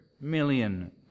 million